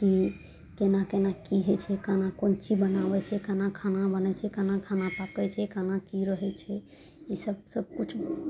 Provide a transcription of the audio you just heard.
की केना केना की होइ छै खाना कोन चीज बनाबय छै केना खाना बनय छै केना खाना पकय छै केना की रहय छै ईसब सब कुछ बनय